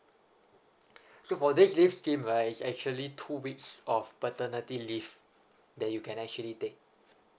so for this leave scheme right is actually two weeks of paternity leave that you can actually take